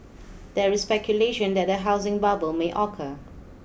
there is speculation that a housing bubble may occur